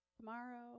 tomorrow